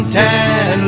ten